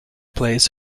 plays